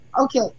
Okay